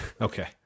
Okay